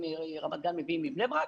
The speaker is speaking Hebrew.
שרמת גן מביאה מבני ברק.